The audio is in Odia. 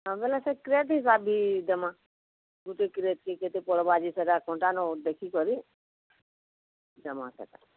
ହଁ ବୋଲେ ସେ କ୍ରେଟ୍ ହିସାବି ଦେମା ଗୁଟେ କ୍ରେଟ୍କେ କେତେ ପଡ଼ବା ଯେ ସେଟା କଣ୍ଟା ନ ଦେଖିକରି ଦେମା ସେଟାକୁ